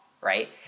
right